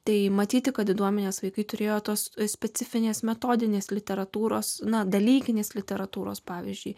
tai matyti kad diduomenės vaikai turėjo tos specifinės metodinės literatūros dalykinės literatūros pavyzdžiui